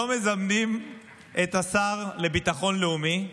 לא מזמנים את השר לביטחון לאומי,